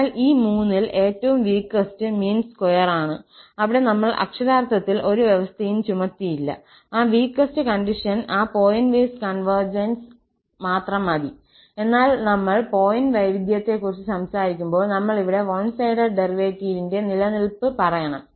അതിനാൽ ഈ മൂന്നിൽ ഏറ്റവും വീകെസ്ററ് മീൻ സ്ക്വയർ ആണ് അവിടെ നമ്മൾ അക്ഷരാർത്ഥത്തിൽ ഒരു വ്യവസ്ഥയും ചുമത്തിയില്ല ആ വീകെസ്ററ് കണ്ടിഷൻ ആ പോയിന്റ് വൈസ് കോൺവെർജൻസ് മാത്രം മതി എന്നാൽ നമ്മൾ പോയിന്റ് വൈവിധ്യത്തെ കുറിച്ച് സംസാരിക്കുമ്പോൾ നമ്മൾ ഇവിടെ വൺ സൈഡഡ് ഡെറിവേറ്റീവിന്റെ നിലനിൽപ്പ് പറയണം